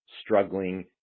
struggling